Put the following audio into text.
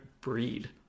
breed